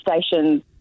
stations